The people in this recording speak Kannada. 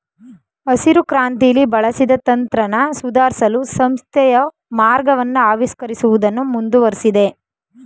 ಹಸಿರುಕ್ರಾಂತಿಲಿ ಬಳಸಿದ ತಂತ್ರನ ಸುಧಾರ್ಸಲು ಸಂಸ್ಥೆಯು ಮಾರ್ಗವನ್ನ ಆವಿಷ್ಕರಿಸುವುದನ್ನು ಮುಂದುವರ್ಸಿದೆ